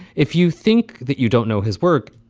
if you think that you don't know his work,